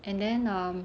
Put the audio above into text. and then um